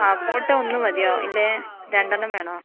ആ ഫോട്ടോ ഒന്നു മതിയോ ഇല്ലേ രണ്ടെണ്ണം വേണോ